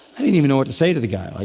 i didn't even know what to say to the guy,